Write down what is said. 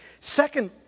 Second